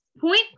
point